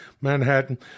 Manhattan